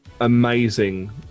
amazing